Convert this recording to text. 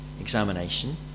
examination